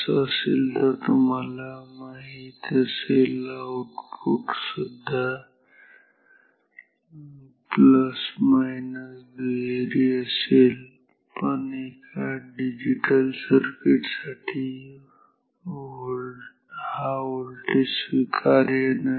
असं असेल तर तुम्हाला माहीत असेल औटपुत सुद्धा प्लस मायनस दुहेरी असेल पण एका डिजिटल सर्किटसाठी हा व्होल्टेज स्वीकार्य नाही